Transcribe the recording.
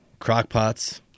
Crockpots